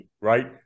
right